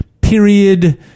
period